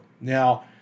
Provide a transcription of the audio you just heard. Now